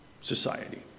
society